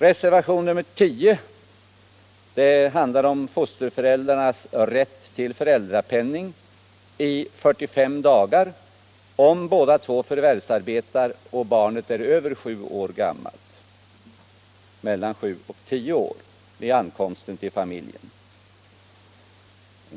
Reservationen 10 handlar om fosterföräldrars rätt till föräldrapenning i 45 dagar, om båda förvärvsarbetar och barnet är mellan sju och tio år gammalt vid ankomsten till familjen.